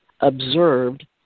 observed